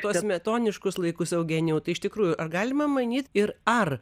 tuos smetoniškus laikus eugenijau tai iš tikrųjų ar galima manyti ir ar